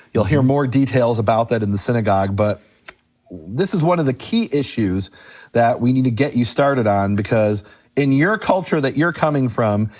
you'll hear more details about that in the synagogue but this is one of the key issues that we need to get you started on because in your culture that you're coming from,